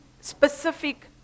specific